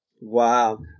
Wow